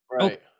Right